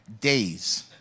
days